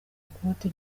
ikote